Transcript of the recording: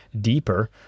deeper